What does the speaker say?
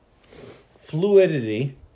fluidity